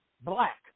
black